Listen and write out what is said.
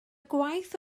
gwaith